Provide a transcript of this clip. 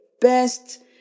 best